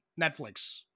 Netflix